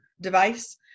device